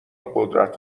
قدرت